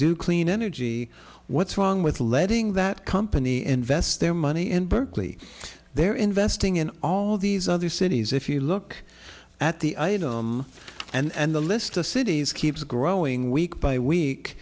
do clean energy what's wrong with letting that company invest their money in berkeley they're investing in all these other cities if you look at the item and the list of cities keeps growing week by week